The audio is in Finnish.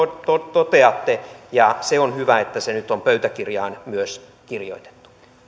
toteatte ja on hyvä että se nyt on pöytäkirjaan myös kirjoitettu